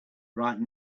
right